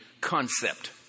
concept